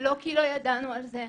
לא כי לא ידענו על זה,